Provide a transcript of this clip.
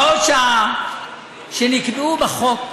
הוראות שעה שנקבעו בחוק,